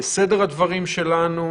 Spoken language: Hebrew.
סדר הדברים שלנו